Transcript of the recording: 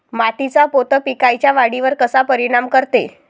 मातीचा पोत पिकाईच्या वाढीवर कसा परिनाम करते?